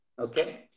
Okay